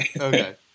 Okay